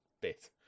bit